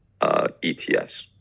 ETFs